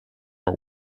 are